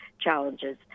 challenges